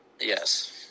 Yes